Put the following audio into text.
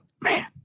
man